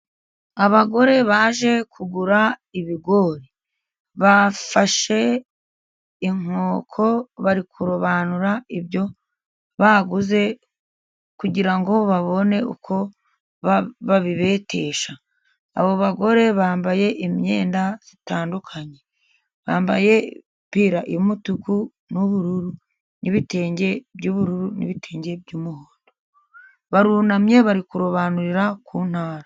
Abagore baje kugura ibigori bafashe inkoko, bari kurobanura ibyo baguze, kugira ngo babone uko babibetesha. Abo bagore bambaye imyenda itandukanye. Bambaye imipira y'umutuku n'ubururu, n'ibitenge by'ubururu, n'ibitenge by'umuhondo. Barunamye, bari kurobanurira ku ntara.